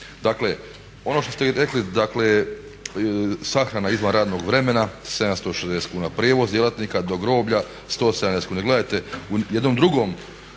Dakle ono što ste vi rekli, dakle sahrana izvan radnog vremena 760 kuna prijevoz djelatnika do groblja 170 kuna. Gledajte, u jednom drugom